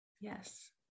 yes